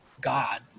God